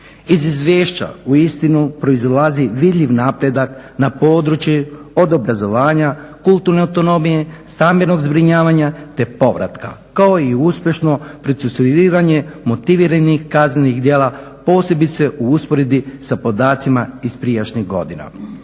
Iz izvješća uistinu proizlazi vidljiv napredak na područje od obrazovanja, kulturne autonomije, stambenog zbrinjavanja te povratka kao i uspješno procesuiranje motiviranih kaznenih djela posebice u usporedbi sa podacima iz prijašnjih godina.